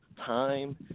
time